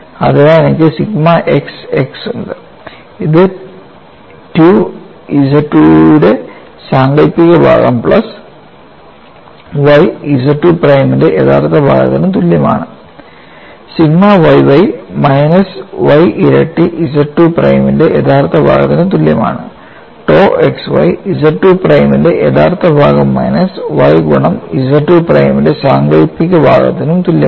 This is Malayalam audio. അതിനാൽ എനിക്ക് സിഗ്മ xx ഉണ്ട് അത് 2 ZII യുടെ സാങ്കൽപ്പിക ഭാഗം പ്ലസ് y ZII പ്രൈമിന്റെ യഥാർത്ഥ ഭാഗത്തിനും തുല്യമാണ് സിഗ്മ yy മൈനസ് y ഇരട്ടി ZII പ്രൈമിന്റെ യഥാർത്ഥ ഭാഗത്തിനും തുല്യമാണ് tau xy ZII പ്രൈമിന്റെ യഥാർത്ഥ ഭാഗം മൈനസ് y ഗുണം ZII പ്രൈമിന്റെ സാങ്കല്പിക ഭാഗത്തിനും തുല്യമാണ്